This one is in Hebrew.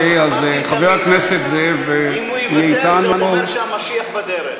אמרתי תמיד: אם הוא יוותר, זה אומר שהמשיח בדרך.